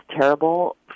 terrible